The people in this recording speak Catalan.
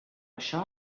això